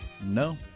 No